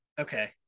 Okay